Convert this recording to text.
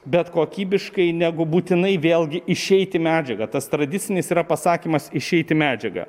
bet kokybiškai negu būtinai vėlgi išeiti medžiagą tas tradicinis yra pasakymas išeiti medžiagą